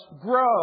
grow